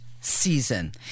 season